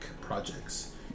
projects